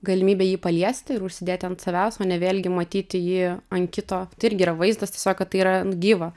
galimybę jį paliesti ir užsidėti ant savęs o ne vėlgi matyti jį ant kito tai irgi yra vaizdas tiesiog kad tai yra n gyva